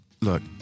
look